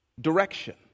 direction